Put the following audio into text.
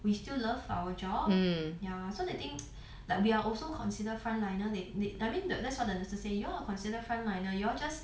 we still love our job ya so the thing like we are also considered frontliner they they I mean that that's what the nurses say you all are considered frontliner you all just